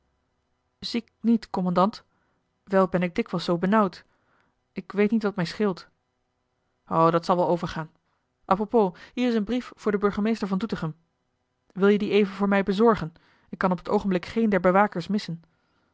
ziek niet kommandant wel ben ik dikwijls zoo benauwd ik weet niet wat mij scheelt o dat zal wel overgaan a propos hier is een brief voor den burgemeester van deutinchem wil je dien even voor mij bezorgen ik kan op het oogenblik geen der bewakers missen